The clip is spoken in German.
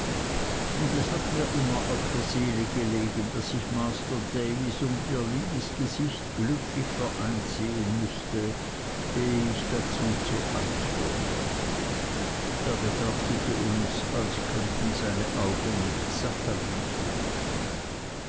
und es hat mir immer auf der seele gelegen daß ich masr davys und ihr liebes gesicht glücklich vereint sehen müßte ehe ich zu alt dazu würde er betrachtete uns als könnten seine augen nicht satt an uns werden